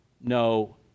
no